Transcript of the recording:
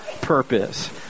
purpose